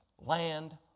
land